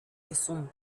gesunden